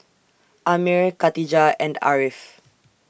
Ammir Katijah and Ariff